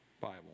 Bible